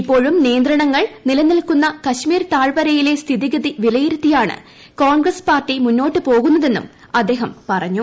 ഇപ്പോഴും നിയന്ത്രണങ്ങൾ നില നിൽക്കുന്ന കശ്മീർ താഴ്വരയിലെ സ്ഥിതിഗതി വിലയിരുത്തിയാണ് കോൺഗ്രസ് പാർട്ടി മുന്നോട്ട് പോകുന്നതെന്നും അദ്ദേഹം പറഞ്ഞു